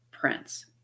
prince